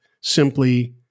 simply